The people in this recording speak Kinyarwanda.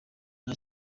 nta